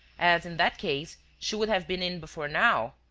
as, in that case, she would have been in before now.